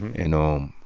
know, um